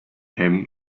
him